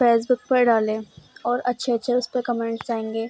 face بک پر ڈالیں اور اچّھے اچّھے اس پہ کمنٹس آئیں گے